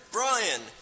Brian